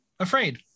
Afraid